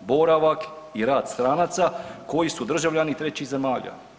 boravak i rad stranaca koji su državljani trećih zemalja.